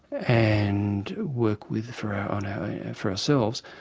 and work with for um for ourselves.